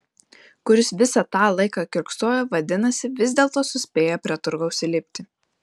kur jis visą tą laiką kiurksojo vadinasi vis dėlto suspėjo prie turgaus įlipti